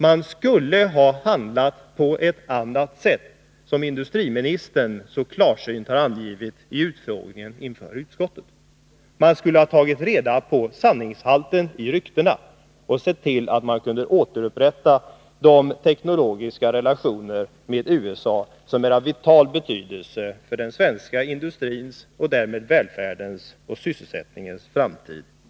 Man skulle ha handlat på ett annat sätt, som industriministern så klarsynt har angivit vid utfrågningen inför utskottet. Man skulle ha tagit reda på sanningshalten i ryktena och sett till att man hade kunnat upprätthålla de teknologiska relationer med USA som är av vital betydelse för den svenska industrins framtid och därmed för välfärden och sysselsättningen i vårt land.